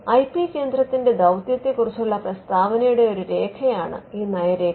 I P കേന്ദ്രത്തിന്റെ ദൌത്യത്തെക്കുറിച്ചുള്ള പ്രസ്താവനയുടെ ഒരു രേഖയാണ് ഈ നയരേഖ